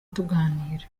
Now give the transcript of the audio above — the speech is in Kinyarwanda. tuganira